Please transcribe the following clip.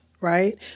Right